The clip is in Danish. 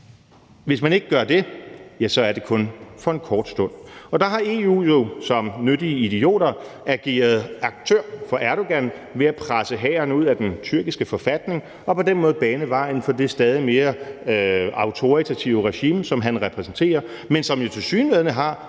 hvis man ikke gør det, er det kun for en kort stund. Og der har EU jo som nyttige idioter ageret aktør for Erdogan ved at presse hæren ud af den tyrkiske forfatning og på den måde bane vejen for det stadig mere autoritative regime, som han repræsenterer, og som han jo tilsyneladende har,